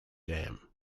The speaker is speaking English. dam